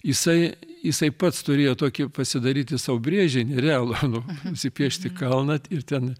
jisai jisai pats turėjo tokį pasidaryti sau brėžinį realų nu nusipiešti kalną ir ten